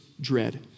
dread